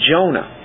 Jonah